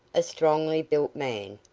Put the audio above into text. a strongly built man,